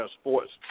sports